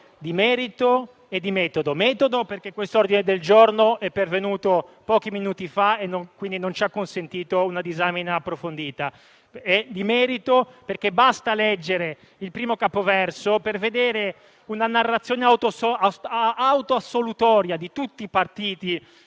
di merito e di metodo: di metodo, perché l'ordine del giorno è pervenuto pochi minuti fa e, quindi, non ci ha consentito una disamina approfondita; di merito, perché basta leggere il primo capoverso per vedere una narrazione autoassolutoria di tutti i partiti